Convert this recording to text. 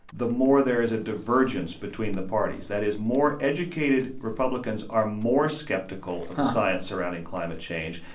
the more there is a divergence between the parties. that is, more educated republicans are more skeptical of the science surrounding climate change.